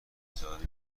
اجاره